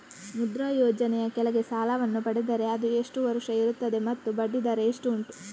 ಮುದ್ರಾ ಯೋಜನೆ ಯ ಕೆಳಗೆ ಸಾಲ ವನ್ನು ಪಡೆದರೆ ಅದು ಎಷ್ಟು ವರುಷ ಇರುತ್ತದೆ ಮತ್ತು ಬಡ್ಡಿ ದರ ಎಷ್ಟು ಉಂಟು?